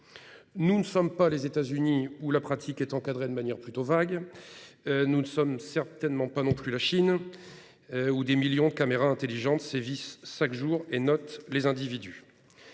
Nous ne sommes pas les États-Unis, où la pratique est encadrée de manière plutôt vague ; nous ne sommes certainement pas non plus la Chine, ... Pas encore !... où des millions de caméras intelligentes sévissent chaque jour et notent les individus.